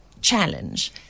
challenge